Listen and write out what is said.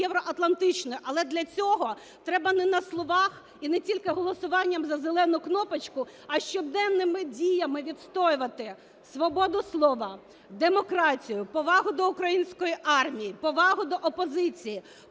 євроатлантичною, але для цього треба не на словах і не тільки голосуванням за зелену кнопочку, а щоденними діями відстоювати свободу слова, демократію, повагу до української армії, повагу до опозиції,